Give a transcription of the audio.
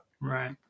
right